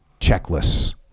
checklists